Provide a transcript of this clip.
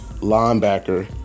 linebacker